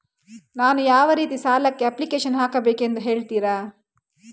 ನಾನು ಯಾವ ರೀತಿ ಸಾಲಕ್ಕೆ ಅಪ್ಲಿಕೇಶನ್ ಹಾಕಬೇಕೆಂದು ಹೇಳ್ತಿರಾ?